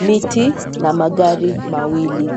miti na magari mawili.